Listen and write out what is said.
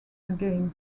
again